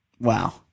Wow